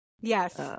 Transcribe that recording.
Yes